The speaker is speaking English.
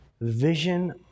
vision